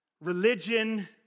religion